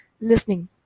listening